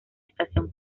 estación